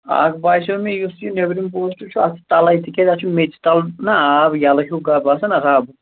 اَکھ باسٮ۪و مےٚ یُس یہِ نیبٚرِم پوسٹ چھُ اَتھ تَلے تِکیٛازِ اَتھ چھُ میٚژِ تَلہٕ نا آب یَلہٕ ہیٛوٗ گب آسان رب